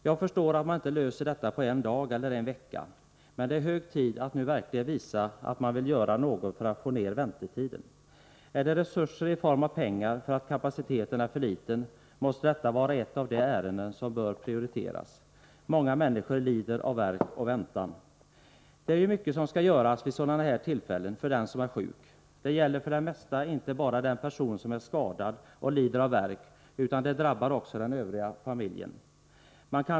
Jag förstår att man inte löser detta problem på en dag — Om korttidsvård eller en vecka, men det är hög tid att nu verkligen visa att man vill göra något för utvecklingsstörför att få ner väntetiden. Ar det fråga om resurser i form av pengar för att — da barn och ungkapaciteten är för liten, måste detta vara ett av de ärenden som bör domar prioriteras. Många människor lider av värk och väntan. Det är mycket som vid sådana här tillfällen skall avgöras för den som är sjuk. Det gäller för det mesta inte bara för den person som är skadad och lider av värk, utan det drabbar också den övriga familjen.